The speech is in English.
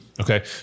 Okay